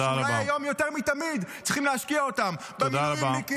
שאולי היום יותר מתמיד צריכים להשקיע אותם במילואימניקים,